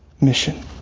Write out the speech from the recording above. mission